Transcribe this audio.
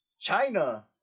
china